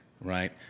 right